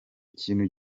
ikintu